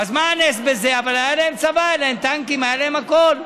אבל אני שואל אתכם שאלה: